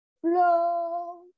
flow